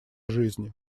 жизни